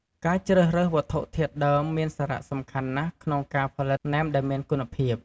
ការជ្រើសរើសវត្ថុធាតុដើមមានសារៈសំខាន់ណាស់ក្នុងការផលិតណែមដែលមានគុណភាព។